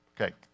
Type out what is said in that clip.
Okay